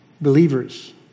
believers